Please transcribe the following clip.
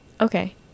Okay